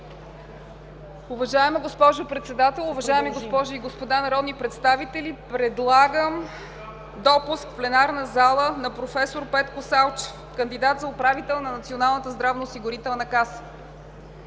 Уважаема госпожо Председател, уважаеми госпожи и господа народни представители! Предлагам допуск в пленарната зала на професор Петко Салчев – кандидат за управител на Националната здравноосигурителна каса.